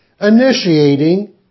initiating